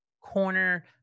corner